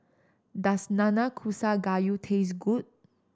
does Nanakusa Gayu taste good